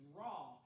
raw